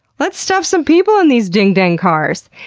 let's stuff some people in these ding-dang cars!